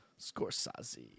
Scorsese